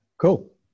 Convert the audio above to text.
cool